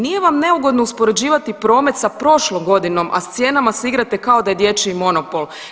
Nije vam neugodno uspoređivati promet sa prošlom godinom, a s cijenama se igrate kao da je dječji monopol.